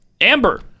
amber